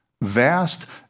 Vast